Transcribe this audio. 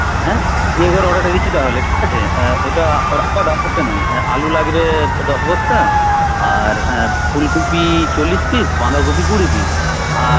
হ্যাঁ বিয়েঘরের অর্ডারটা দিচ্ছি তাহলে ঠিক আছে ওইটা নয় আলু লাগবে দশ বস্তা আর ফুলকপি চল্লিশ পিস বাঁধাকপি কুড়ি পিস আর